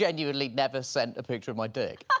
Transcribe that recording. genuinely never sent a picture of my dick hah,